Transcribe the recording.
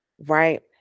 right